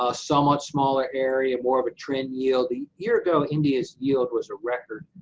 ah so much smaller area, more of a trend yield, a year ago, india's yield was a record,